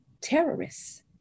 terrorists